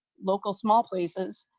local small places,